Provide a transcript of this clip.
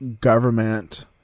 government